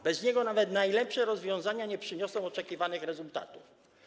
Bez niego nawet najlepsze rozwiązania nie przyniosą oczekiwanych rezultatów.